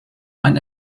ein